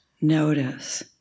notice